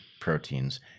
proteins